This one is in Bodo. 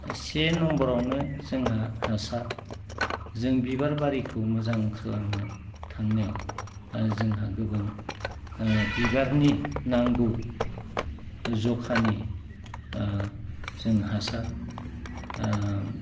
से नम्बारावनो जोंहा हासार जों बिबार बारिखौ मोजां खालामनो थांनायाव जोंहा गोबां बिबारनि नांगौ जखानि जों हासार